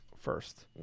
first